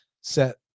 set